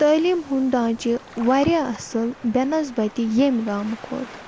تعٲلیٖم ہُنٛد ڈھانچہِ واریاہ اصٕل بنسبَتہِ ییٚمہِ گامہٕ کھۄتہٕ